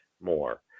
more